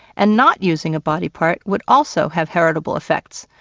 and not using a body-part would also have heritable effects.